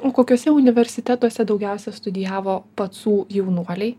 o kokiuose universitetuose daugiausia studijavo pacų jaunuoliai